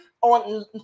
on